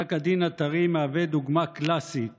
פסק הדין הטרי מהווה דוגמה קלאסית